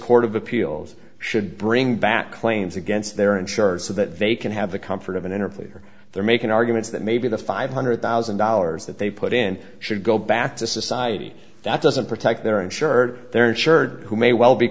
court of appeals should bring back claims against their insurers so that they can have the comfort of an interview or they're making arguments that maybe the five hundred thousand dollars that they put in should go back to society that doesn't protect their insured their insured who may well be